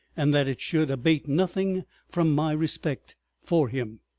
and that it should abate nothing from my respect for him.